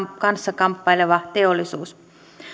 kanssa kamppaileva teollisuus